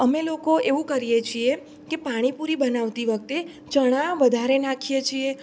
અમે લોકો એવું કરીએ છીએ કે પાણીપુરી બનાવતી વખતે ચણા વધારે નાખીએ છીએ